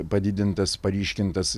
padidintas paryškintas